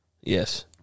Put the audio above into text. Yes